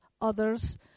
others